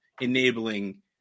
enabling